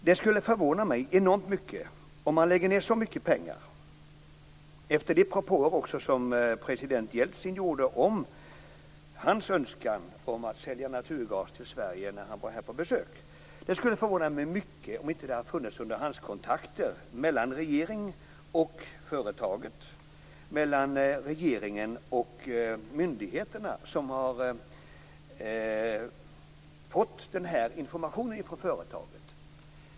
Det skulle förvåna mig enormt - om man lägger ned så mycket pengar, och efter de propåer som president Jeltsin gjorde när han var här på besök om hans önskan att sälja naturgas till Sverige - om det inte har funnits underhandskontakter mellan regeringen och företaget och mellan regeringen och myndigheterna, som har fått information från företaget.